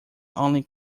only